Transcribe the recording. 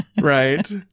right